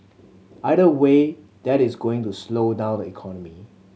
either way that is going to slow down the economy